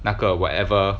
那个 whatever